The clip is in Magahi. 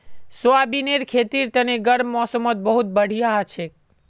सोयाबीनेर खेतीर तने गर्म मौसमत बहुत बढ़िया हछेक